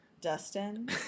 Dustin